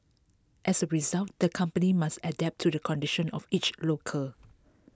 as A result the company must adapt to the conditions of each local